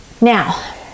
Now